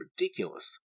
ridiculous